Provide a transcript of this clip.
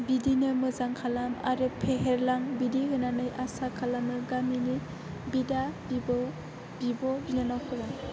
बिदिनो मोजां खालाम आरो फेहेरलां बिदि होननानै आसा खालामो गामिनि बिदा बिबौ बिब' बिनानावफोरा